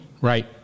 right